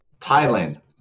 Thailand